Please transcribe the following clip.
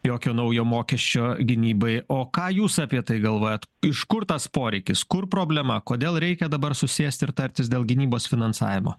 jokio naujo mokesčio gynybai o ką jūs apie tai galvojat iš kur tas poreikis kur problema kodėl reikia dabar susėsti ir tartis dėl gynybos finansavimo